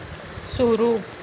शुरू